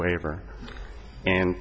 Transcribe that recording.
waiver and